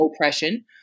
oppression